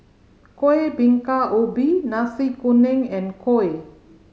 Kuih Bingka Ubi Nasi Kuning and kuih